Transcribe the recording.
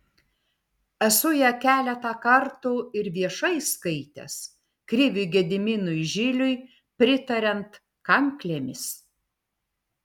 esu ją keletą kartų ir viešai skaitęs kriviui gediminui žiliui pritariant kanklėmis